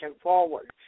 forward